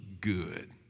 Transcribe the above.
good